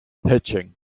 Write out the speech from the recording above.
pitching